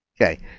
Okay